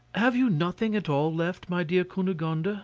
have you nothing at all left, my dear cunegonde?